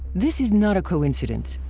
this is not a coincidence.